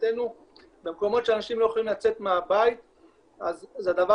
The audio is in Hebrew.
מבחינתנו במקומות שאנשים לא יכולים לצאת מהבית אז הדבר